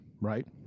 right